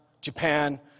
Japan